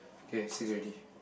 okay six already